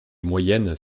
moyennes